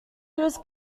was